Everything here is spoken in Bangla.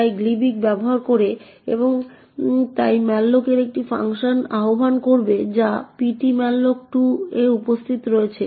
এটি gilibc ব্যবহার করে এবং তাই malloc একটি ফাংশন আহ্বান করবে যা ptmalloc2 এ উপস্থিত রয়েছে